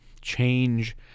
change